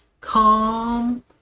calm